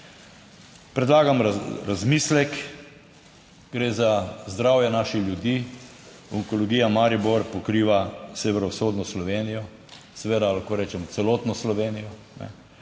Predlagam razmislek. Gre za zdravje naših ljudi. Onkologija Maribor pokriva severovzhodno Slovenijo, seveda lahko rečem celotno Slovenijo.